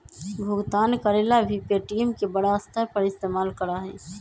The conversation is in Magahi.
भुगतान करे ला भी पे.टी.एम के बड़ा स्तर पर इस्तेमाल करा हई